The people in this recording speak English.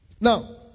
Now